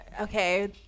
okay